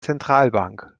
zentralbank